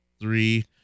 three